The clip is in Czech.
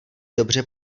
dobře